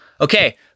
Okay